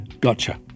gotcha